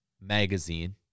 magazine